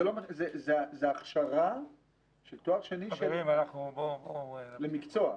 זאת הכשרה בתואר שני למקצוע.